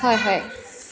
হয় হয়